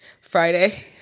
Friday